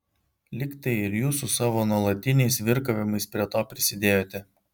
lyg tai ir jūs su savo nuolatiniais virkavimais prie to prisidėjote